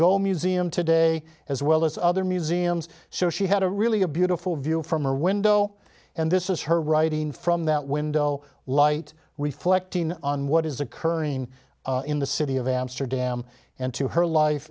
gogh museum today as well as other museums so she had a really a beautiful view from her window and this is her writing from that window light reflecting on what is occurring in the city of amsterdam and to her life